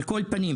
על כל פנים,